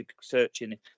searching